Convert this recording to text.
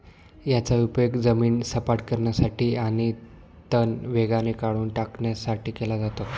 याचा उपयोग जमीन सपाट करण्यासाठी आणि तण वेगाने काढून टाकण्यासाठी केला जातो